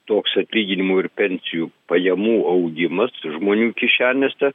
toks atlyginimų ir pensijų pajamų augimas žmonių kišenėse